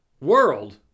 world